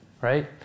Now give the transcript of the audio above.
Right